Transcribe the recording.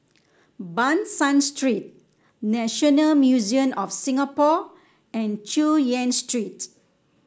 Ban San Street National Museum of Singapore and Chu Yen Street